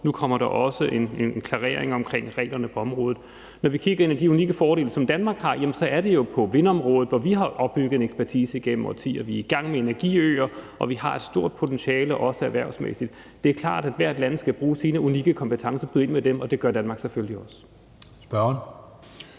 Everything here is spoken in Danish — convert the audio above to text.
nu kommer der også en klarering omkring reglerne på området. Når vi kigger ind i det unikke fordele, som Danmark har, så er det jo på vindområdet, hvor vi har opbygget en ekspertise igennem årtier. Vi er i gang med energiøer, og vi har et stort potentiale, også erhvervsmæssigt. Det er klart, at hvert land skal bruge sine unikke kompetencer og byde ind med dem, og det gør Danmark selvfølgelig også. Kl.